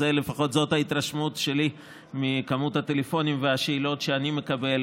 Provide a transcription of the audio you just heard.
זאת לפחות ההתרשמות שלי מכמות הטלפונים והשאלות שאני מקבל,